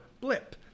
Blip